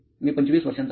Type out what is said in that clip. मी 25 वर्षांचा आहे